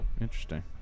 interesting